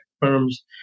firms